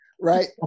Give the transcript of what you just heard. Right